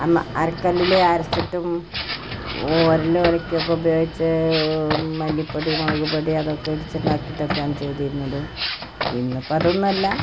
അന്ന് അരക്കല്ലിൽ അരച്ചിട്ടും ഉരൽ ഉലക്കയൊക്കെ ഉപയോഗിച്ച് മല്ലിപ്പൊടി മുളക് പൊടി അതൊക്കെ ഇടിച്ചുണ്ടാക്കിയിട്ടൊക്കെയാണ് ചെയ്തിരുന്നത് ഇന്നിപ്പം അതൊന്നും അല്ല